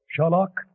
Sherlock